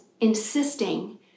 insisting